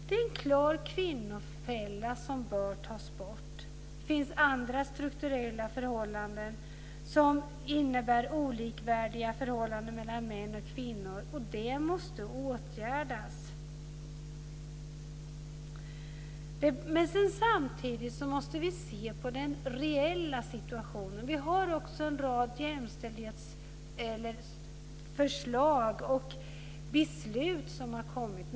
Det är en klar kvinnofälla som bör tas bort. Det finns andra strukturella förhållanden som innebär olikvärdiga förhållanden mellan män och kvinnor. Och det måste åtgärdas. Samtidigt måste vi se på den reella situationen. Vi har också en rad förslag och beslut som har kommit.